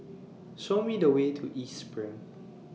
Show Me The Way to East SPRING